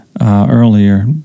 earlier